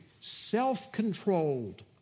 self-controlled